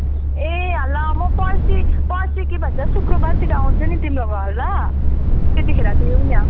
ए ल म पर्सी पर्सी के भन्छ शुक्रबारतिर आउँछु नि तिम्रो घर ल त्यतिखेर न